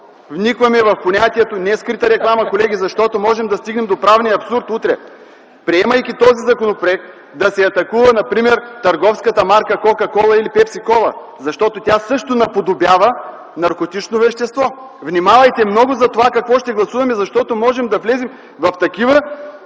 вникваме в понятието „Нескрита реклама”, колеги, защото можем да стигнем до правния абсурд утре. Приемайки този законопроект, да се атакува например търговската марка „Кока-кола” или „Пепси-кола”, защото тя също наподобява наркотично вещество. Внимавайте много за това какво ще гласуваме, защото можем да влезем в такива